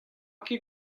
ket